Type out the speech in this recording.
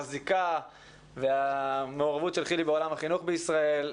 הזיקה והמעורבות של חילי בעולם החינוך בישראל,